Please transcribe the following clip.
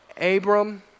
Abram